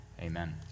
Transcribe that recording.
Amen